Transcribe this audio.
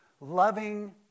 loving